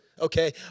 okay